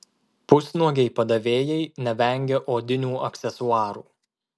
pusnuogiai padavėjai nevengia odinių aksesuarų